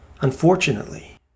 Unfortunately